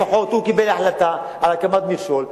לפחות ראש הממשלה הזה קיבל החלטה על הקמת מכשול,